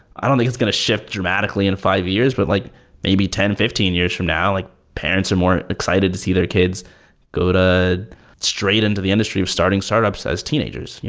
i don't think is going to shift dramatically in five years. but like maybe ten, fifteen years from now, like parents are more excited to see their kids go straight into the industry of starting startups as teenagers.